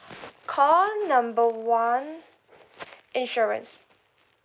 call number one insurance